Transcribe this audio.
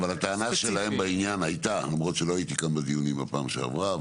אבל הטענה שלהם בעניין הייתה למרות שלא הייתי כאן בדיונים בפעם שעברה,